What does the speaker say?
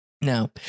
Now